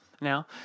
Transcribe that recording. now